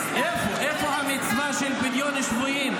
איפה המצווה של פדיון שבויים?